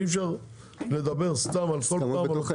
ואי אפשר כל הזמן לדבר סתם על אותו דבר.